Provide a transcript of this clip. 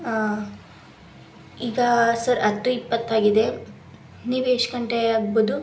ಆಂ ಈಗ ಸರ್ ಹತ್ತು ಇಪ್ಪತ್ತಾಗಿದೆ ನೀವು ಎಷ್ಟು ಗಂಟೆ ಆಗ್ಬೋದು